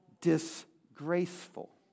disgraceful